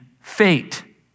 fate